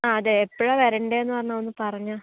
ആ അതെ എപ്പോഴാ വരേണ്ടതെന്നു പറഞ്ഞാൽ ഒന്ന് പറഞ്ഞാൽ